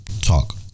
talk